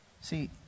See